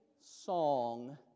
song